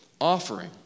offering